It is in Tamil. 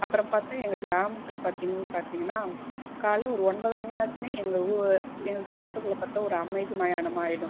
அப்புறம் பார்த்தா எங்கள் கிராமத்தில் பார்த்திங் பார்த்திங்கன்னா காலைல ஒரு ஒன்பது மணி ஆச்சின்னே எங்கள் ஊ எங்கள் கிராமத்துக்குள்ளே பார்த்தா ஒரு அமைதி மயானமாக ஆயிடும்